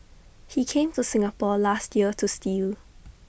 he came to Singapore last year to steal